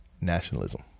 nationalism